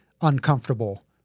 uncomfortable